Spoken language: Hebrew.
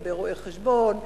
הרבה רואי-חשבון,